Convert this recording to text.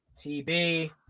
TB